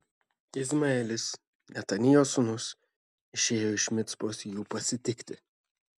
izmaelis netanijo sūnus išėjo iš micpos jų pasitikti